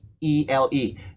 E-L-E